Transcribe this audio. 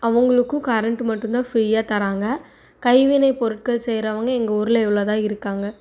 அவங்களுக்கும் கரண்ட்டு மட்டும்தான் ஃப்ரீயாக தராங்க கைவினை பொருட்கள் செய்றவங்க எங்கள் ஊரில் இவ்வளோ தான் இருக்காங்க